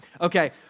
Okay